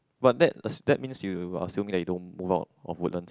but that as~ that means you are assuming that you don't move out of Woodlands